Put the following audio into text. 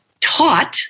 taught